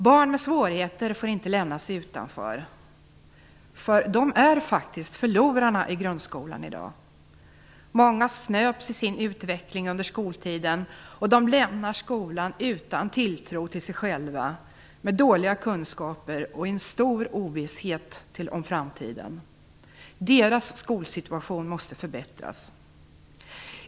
Barn med svårigheter får inte lämnas utanför, för de är faktiskt förlorarna i grundskolan i dag. Många snöps i sin utveckling under skoltiden, och de lämnar skolan utan tilltro till sig själva med dåliga kunskaper och en stor ovisshet om framtiden. Deras skolsituation måste förbättras.